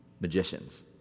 magicians